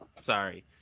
Sorry